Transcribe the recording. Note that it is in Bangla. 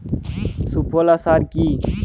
সুফলা সার কি?